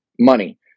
money